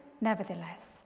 nevertheless